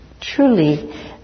truly